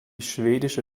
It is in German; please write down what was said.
schwedische